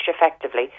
effectively